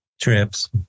trips